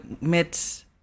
met